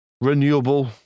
renewable